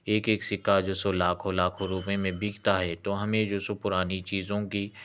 ایک ایک سکّہ جو سو لاکھوں لاکھوں روپے میں بکتا ہے تو ہمیں جو سو پرانی چیزوں کی